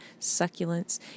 succulents